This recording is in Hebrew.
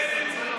תומס סמואל,